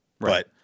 right